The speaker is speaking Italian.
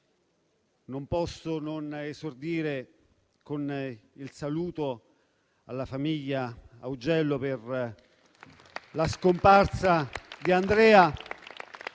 non posso non esordire con il saluto alla famiglia Augello, per la scomparsa di Andrea